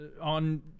on